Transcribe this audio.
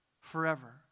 forever